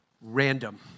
random